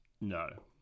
No